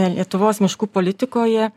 lietuvos miškų politikoje